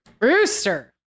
Rooster